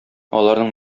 аларның